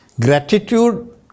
gratitude